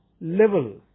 level